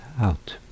out